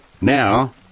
Now